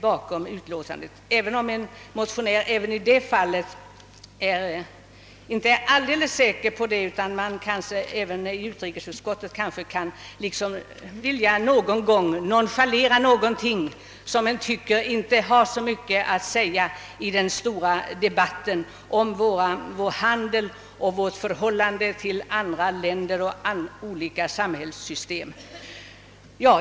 Som motionär är man dock inte alldeles säker på att man i utskottet inte någon gång har benägenhet att nonchalera sådant som utskottet inte tycker har så mycket att betyda i den stora debatten om vår handel och vårt förhållande till andra länder och andra samhällssystem.